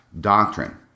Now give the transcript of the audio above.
doctrine